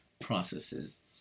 processes